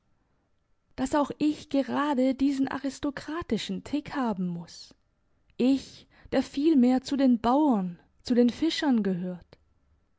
dass auch ich gerade diesen aristokratischen tick haben muss ich der vielmehr zu den bauern zu den fischern gehört